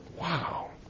Wow